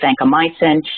vancomycin